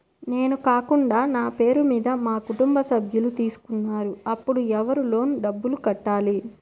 నేను కాకుండా నా పేరు మీద మా కుటుంబ సభ్యులు తీసుకున్నారు అప్పుడు ఎవరు లోన్ డబ్బులు కట్టాలి?